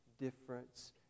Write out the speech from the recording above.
difference